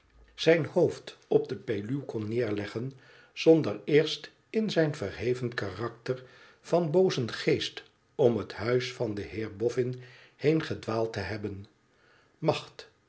vribnd hoofd op de peluw kon neerleggeo zonder eerst in zijn verheven karakter van boozen geest om het huis van den heer bofhn heen gedwaald te hebben macht